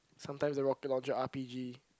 sometimes the rocket launcher R_P_G